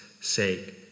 sake